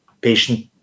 patient